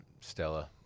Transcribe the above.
stella